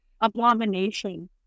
abomination